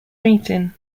meeting